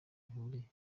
bihuriye